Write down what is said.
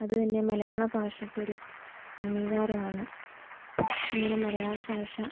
അതു തന്നെ മലയാള ഭാഷയ്ക്കൊരു അംഗീകാരമാണ് ഇങ്ങനെ മലയാള ഭാഷ